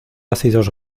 ácidos